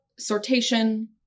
sortation